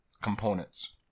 components